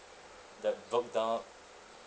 that broke down